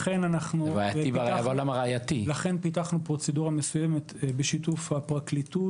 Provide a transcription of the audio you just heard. לכן פיתחנו פרוצדורה מסוימת בשיתוף הפרקליטות,